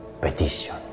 petition